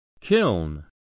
Kiln